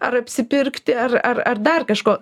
ar apsipirkti ar ar ar dar kažko